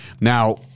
Now